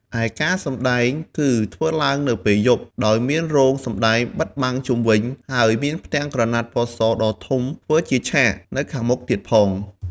ឯការសម្តែងគឺធ្វើឡើងនៅពេលយប់ ដោយមានរោងសម្តែងបិទបាំងជុំវិញ ហើយមានផ្ទាំងក្រណាត់ពណ៌សដ៏ធំធ្វើជាឆាកនៅខាងមុខទៀតផង។